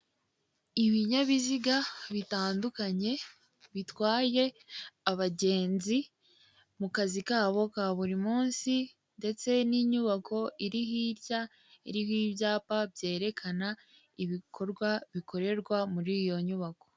Ibinyabiziga bitandukanye bitwaye abagenzi mu kazi kabo ka buri munsi, ndetse n'inyubako iri hirya iriho ibyapa byerekana ibikorwa bikorerwa muri iyo nyubako.